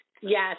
Yes